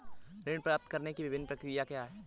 ऋण प्राप्त करने की विभिन्न प्रक्रिया क्या हैं?